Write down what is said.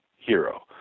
hero